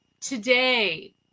today